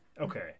Okay